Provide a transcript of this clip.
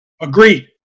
Agreed